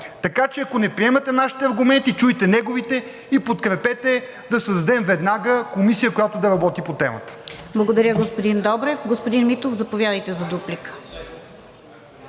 Така че ако не приемате нашите аргументи, чуйте неговите и подкрепете да създадем веднага комисия, която да работи по темата. ПРЕДСЕДАТЕЛ РОСИЦА КИРОВА: Благодаря, господин Добрев. Господин Митов, заповядайте за дуплика.